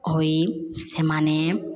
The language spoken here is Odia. ହୋଇ ସେମାନେ